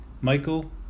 Michael